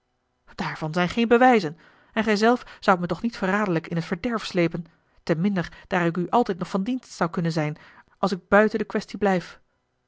daarvan zijn geene bewijzen en gij zelf zoudt me toch niet verraderlijk in t verderf sleepen te minder daar ik u altijd nog a l g bosboom-toussaint de delftsche wonderdokter eel van dienst zou kunnen zijn als ik buiten de quaestie blijf